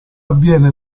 avviene